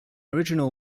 original